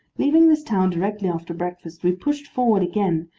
leaving this town directly after breakfast, we pushed forward again,